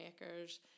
makers